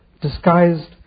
disguised